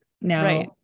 Now